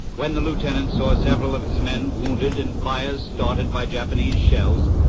when the lieutenant saw several of his men wounded and fires started by japanese shells,